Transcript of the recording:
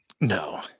no